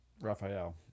Raphael